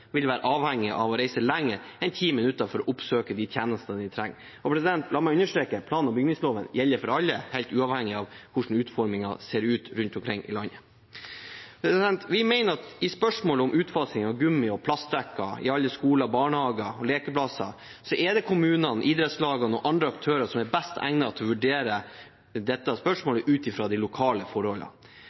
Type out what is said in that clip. vil være avhengig av å reise lenger enn ti minutter for å oppsøke de tjenestene de trenger. La meg understreke: Plan- og bygningsloven gjelder for alle, helt uavhengig av hvordan utformingen ser ut rundt omkring i landet. Vi mener at i spørsmålet om utfasing av gummi- og plastdekke i alle skoler, barnehager og lekeplasser er det kommunene, idrettslag og andre aktører som er best egnet til å vurdere dette spørsmålet ut fra de lokale